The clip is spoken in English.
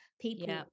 people